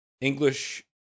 English